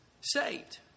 saved